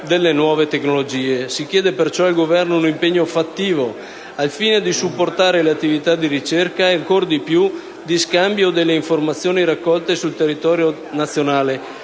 delle nuove tecnologie. Si chiede perciò al Governo un impegno fattivo al fine di supportare le attività di ricerca e, ancor più, di scambio delle informazioni raccolte sul territorio nazionale,